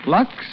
Lux